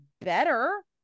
better